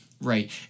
right